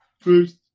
first